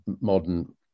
modern